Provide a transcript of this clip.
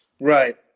Right